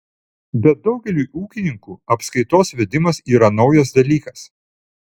bet daugeliui ūkininkų apskaitos vedimas yra naujas dalykas